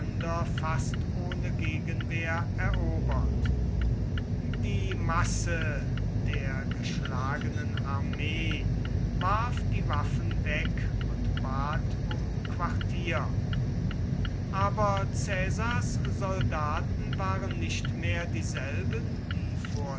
fast ohne gegenwehr erobert die masse der geschlagenen armee warf die waffen weg und bat um quartier aber caesars soldaten waren nicht mehr dieselben die